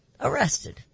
arrested